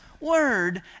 word